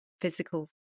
physical